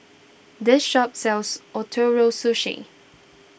this shop sells Ootoro Sushi